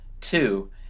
two